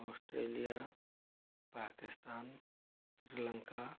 Australia Pakistan Sri Lanka